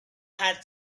had